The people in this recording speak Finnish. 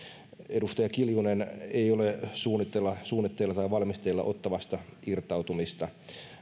edustaja kiljunen ei ole suunnitteilla suunnitteilla tai valmisteilla ottawasta irtautumista